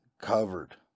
covered